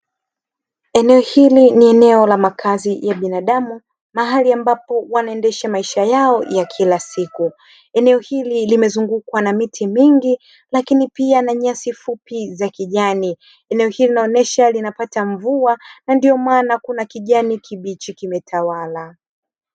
Eneo hili ni eneo la makazi ya binadamu mahali ambapo wanaendesha maisha yao ya kila siku. Eneo hili limezungukwa na miti mingi lakini pia na nyasi fupi za kijani. Eneo hili linaonyesha linapata mvua na ndio maana kuna kijani kibichi kinatawala.